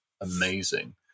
amazing